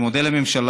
אני מודה לממשלה,